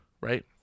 right